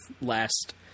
last